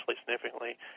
significantly